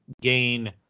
gain